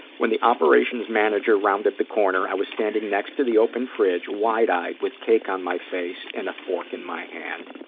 when the operations manager rounded the corner, i was standing next to the open fridge, wide eyed with cake on my face and a fork in my hand.